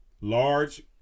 large